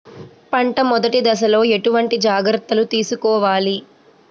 పంట మెదటి దశలో ఎటువంటి జాగ్రత్తలు తీసుకోవాలి?